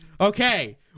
Okay